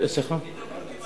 כפי שאמרתי,